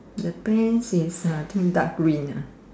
the pants is I think dark green ah